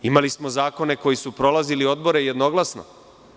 Imali smo zakone koji su prolazili odbore jednoglasno.